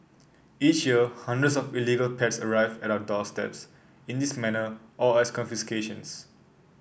each year hundreds of illegal pets arrive at our doorsteps in this manner or as confiscations